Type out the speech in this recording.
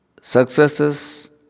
Successes